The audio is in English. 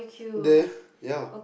there ya